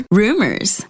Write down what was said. rumors